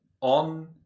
on